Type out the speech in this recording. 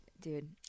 dude